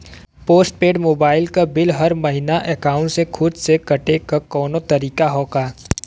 Post paid mobile क bill हर महिना एकाउंट से खुद से कटे क कौनो तरीका ह का?